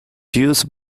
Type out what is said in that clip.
used